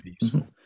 useful